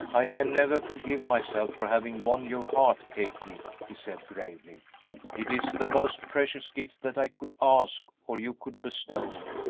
i can never forgive myself for having won your heart, kathie, he said, gravely it is the most precious gift that i could ask or you could bestow,